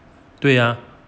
对 ah